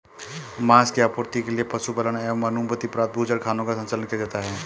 माँस की आपूर्ति के लिए पशुपालन एवं अनुमति प्राप्त बूचड़खानों का संचालन किया जाता है